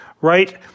right